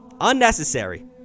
Unnecessary